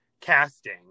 casting